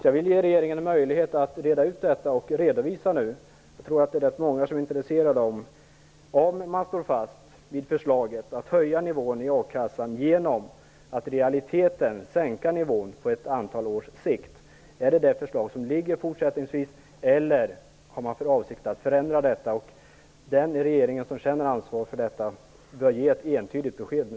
Jag vill därför ge regeringen en möjlighet att reda ut detta och redovisa - jag tror att det är rätt många som är intresserade av det - om man står fast vid förslaget att höja nivån i a-kassan genom att i realiteten sänka nivån på ett antal års sikt. Är det det förslag som föreligger fortsättningsvis, eller har man för avsikt att förändra detta? Den i regeringen som känner ansvar för detta bör ge ett entydigt besked nu.